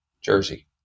jersey